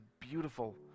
beautiful